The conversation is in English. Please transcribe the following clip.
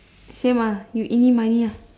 same lah you eeny meeny lah